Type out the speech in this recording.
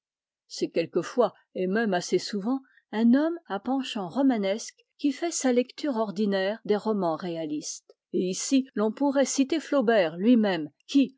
c'est quelquefois et même assez souvent un homme à penchants romanesques qui fait sa lecture ordinaire des romans réalistes et ici l'on pourrait citer flaubert lui-même qui